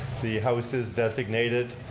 the house is designated,